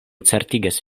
certigas